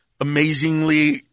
amazingly